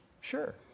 Sure